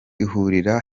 ihurira